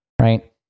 right